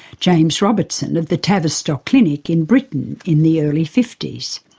james robertson, of the tavistock clinic in britain in the early fifties.